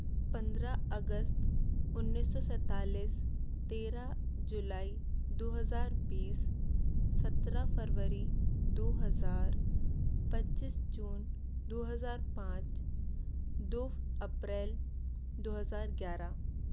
पन्द्रह अगस्त उन्नीस सौ सैतालिस तेरह जुलाई दो हज़ार बीस सत्रह फरवरी दो हज़ार पच्चीस जून दो हज़ार पाँच दो अप्रैल दो हज़ार ग्यारह